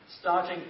starting